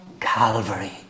Calvary